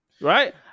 Right